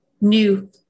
new